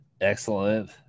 excellent